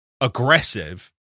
aggressive